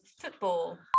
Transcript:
football